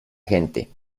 gente